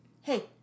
Hey